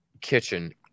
kitchen